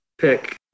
pick